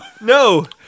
No